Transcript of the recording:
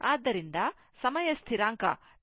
ಆದ್ದರಿಂದ ಸಮಯ ಸ್ಥಿರಾಂಕ tau C RThevenin ಆಗಿದೆ